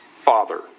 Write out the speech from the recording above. Father